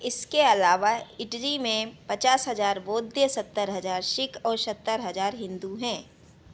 इसके अलावा इटली में पचास हज़ार बौद्ध सत्तर हज़ार सिख और सत्तर हज़ार हिन्दू हैं